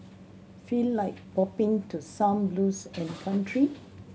feel like bopping to some blues and country